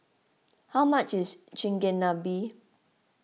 how much is Chigenabe